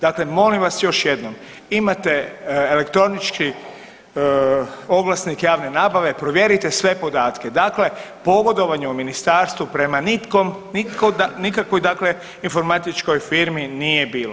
Dakle, molim vas još jednom, imate elektronički oglasnik javne nabave provjerite sve podatke, dakle pogodovanja u ministarstvu prema nikakvoj informatičkoj firmi nije bilo.